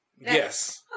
yes